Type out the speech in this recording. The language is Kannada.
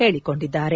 ಹೇಳಿಕೊಂಡಿದ್ದಾರೆ